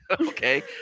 Okay